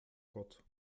gott